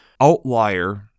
outlier